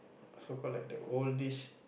so called like the oldish